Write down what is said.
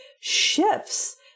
shifts